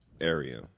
area